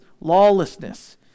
lawlessness